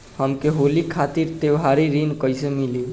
हमके होली खातिर त्योहारी ऋण कइसे मीली?